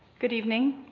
good evening.